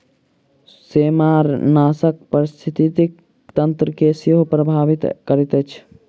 सेमारनाशक पारिस्थितिकी तंत्र के सेहो प्रभावित करैत अछि